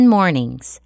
Mornings